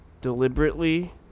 deliberately